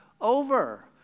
over